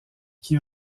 qui